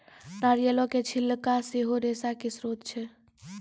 नारियलो के छिलका सेहो रेशा के स्त्रोत छै